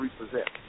repossessed